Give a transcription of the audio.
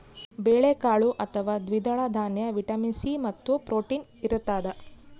ಬೇಳೆಕಾಳು ಅಥವಾ ದ್ವಿದಳ ದಾನ್ಯ ವಿಟಮಿನ್ ಸಿ ಮತ್ತು ಪ್ರೋಟೀನ್ಸ್ ಇರತಾದ